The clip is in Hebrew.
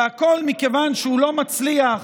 והכול מכיוון שהוא לא מצליח